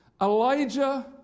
Elijah